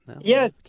yes